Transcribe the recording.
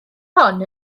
hon